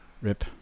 Rip